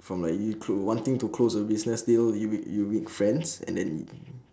from like you clos~ wanting to close a business deal you make you make friends and then